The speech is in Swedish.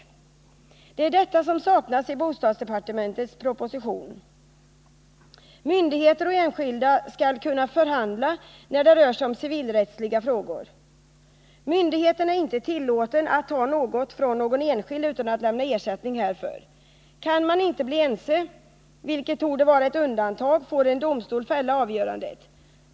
Det är detta som saknas i bostadsdepartementets proposition. Myndigheter och enskilda skall kunna förhandla när det rör sig om civilrättsliga frågor. Myndigheterna är inte tillåtna att ta något från någon enskild utan att lämna ersättning härför. Kan man inte bli ense, något som torde vara ett undantag, får en domstol fälla avgörandet.